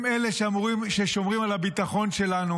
הם אלה ששומרים על הביטחון שלנו.